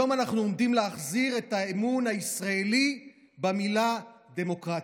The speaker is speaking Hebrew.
היום אנחנו עומדים להחזיר את האמון הישראלי במילה "דמוקרטיה",